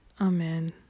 amen